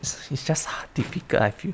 it it's just difficult I feel